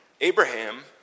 Abraham